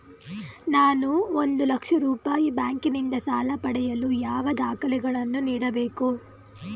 ನಾನು ಒಂದು ಲಕ್ಷ ರೂಪಾಯಿ ಬ್ಯಾಂಕಿನಿಂದ ಸಾಲ ಪಡೆಯಲು ಯಾವ ದಾಖಲೆಗಳನ್ನು ನೀಡಬೇಕು?